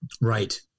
right